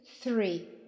three